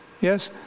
Yes